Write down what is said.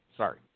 Sorry